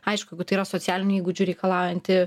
aišku jeigu tai yra socialinių įgūdžių reikalaujanti